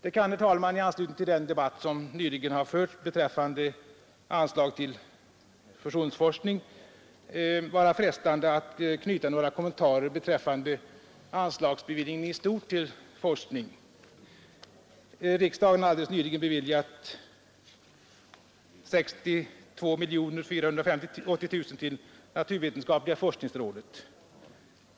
Det kan, herr talman, i anslutning till den debatt som nyligen har förts beträffande anslag till fusionsforskning vara frestande att framföra några reflexioner beträffande anslagsbeviljningen i stort till forskning. Riksdagen har alldeles nyligen beviljat 62 miljoner kronor till naturvetenskapliga forskningsrådet.